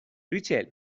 ریچل